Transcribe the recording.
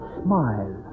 smile